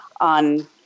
on